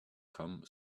come